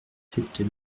sept